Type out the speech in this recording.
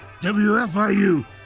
WFIU